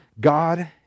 God